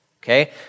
Okay